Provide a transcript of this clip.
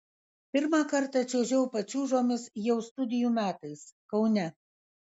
pirmą kartą čiuožiau pačiūžomis jau studijų metais kaune